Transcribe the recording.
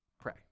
pray